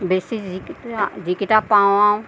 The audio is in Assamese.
বেচি যি যি কেইটা পাওঁ আৰু